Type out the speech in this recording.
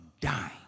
dying